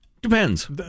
Depends